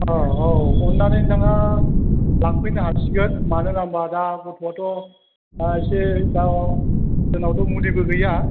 अ औ अननानै नोंथाङा लांफैनो हासिगोन मानो होनबा दा गथ'आथ' एसे दा जोंनावथ' मुलिबो गैया